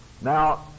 now